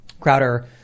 Crowder